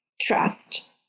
trust